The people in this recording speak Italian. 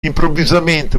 improvvisamente